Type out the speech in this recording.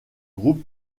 groupe